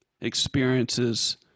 experiences